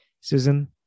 Susan